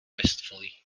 wistfully